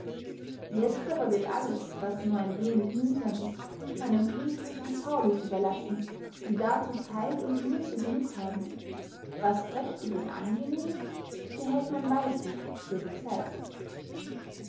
jetzt aber wird alles was nur ein wenig mühsam ist einem petrus und paulus überlassen die dazu zeit und musse genug haben was prächtig und angenehm ist behält man weislich für sich selbst